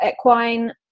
equine